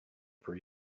over